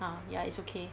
uh ya it's okay